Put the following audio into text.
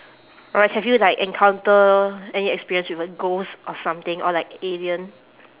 alright so have you like encounter any experience with a ghost or something or like alien